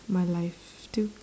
my life too